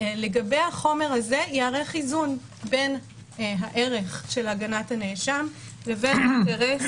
לגבי החומר הזה ייערך איזון בין הערך של הגנת הנאשם לבין האינטרס